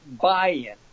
buy-in